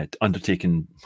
undertaken